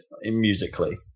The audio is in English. musically